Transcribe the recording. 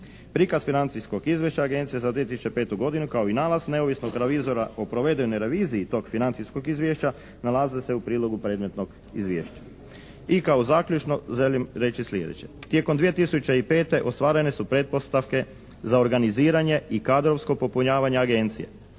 Prikaz financijskog izvješća Agencije za 2005. godinu kao i nalaz neovisno od revizora o provedenoj reviziji tog financijskog izvješća nalaze se u prilogu predmetnog izvješća. I kao zaključno želim reći sljedeće. Tijekom 2005. ostvarene su pretpostavke za organiziranje i kadrovsko popunjavanje Agencije.